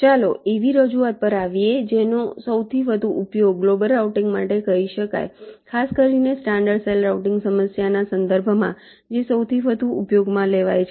ચાલો હવે એવી રજૂઆત પર આવીએ જેનો સૌથી વધુ ઉપયોગ ગ્લોબલ રાઉટિંગ કહી શકાય ખાસ કરીને સ્ટાન્ડર્ડ સેલ રાઉટિંગ સમસ્યાના સંદર્ભમાં જે સૌથી વધુ ઉપયોગમાં લેવાય છે